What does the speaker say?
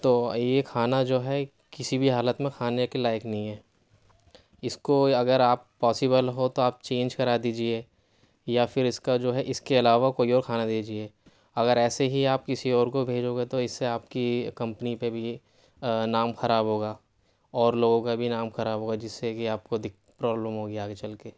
تو یہ کھانا جو ہے کسی بھی حالت میں کھانے کے لائق نہیں ہے اِس کو اگر آپ پاسبیل ہو تو آپ چینج کرا دیجیے یا پھر اِس کا جو ہے اِس کے علاوہ کوئی اور کھانا دے دیجیے اگر ایسے ہی آپ کسی اور کو بھیجو گے تو اِس سے آپ کی کمپنی پہ بھی نام خراب ہو گا اور لوگوں کا بھی نام خراب ہو گا جس سے کہ آپ کو دقت پرابلم ہو گی آگے چل کے